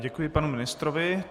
Děkuji panu ministrovi.